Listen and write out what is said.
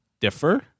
differ